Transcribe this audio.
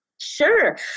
Sure